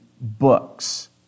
books